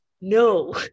no